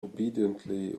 obediently